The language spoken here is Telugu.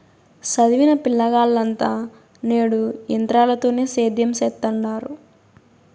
సదివిన పిలగాల్లంతా నేడు ఎంత్రాలతోనే సేద్యం సెత్తండారు